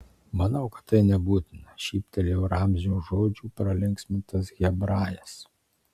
manau kad tai nebūtina šyptelėjo ramzio žodžių pralinksmintas hebrajas